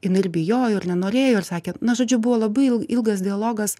jinai ir bijojo ir nenorėjo ir sakė na žodžiu buvo labai ilgas dialogas